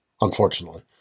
unfortunately